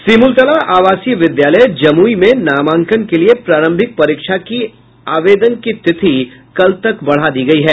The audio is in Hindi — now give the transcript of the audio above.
सिमुलतला आवासीय विद्यालय जुमई में नामांकन के लिये प्रारंभिक परीक्षा की आवेदन की तिथि कल तक बढ़ा दी गयी है